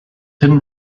hidden